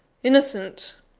innocent!